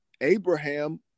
Abraham